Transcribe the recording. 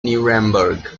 nuremberg